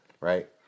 Right